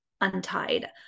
untied